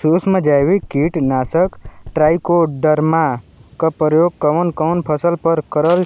सुक्ष्म जैविक कीट नाशक ट्राइकोडर्मा क प्रयोग कवन कवन फसल पर करल